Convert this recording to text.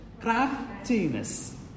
craftiness